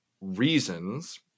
reasons